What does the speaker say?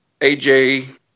AJ